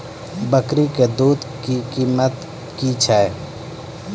बकरी के दूध के कीमत की छै?